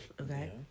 okay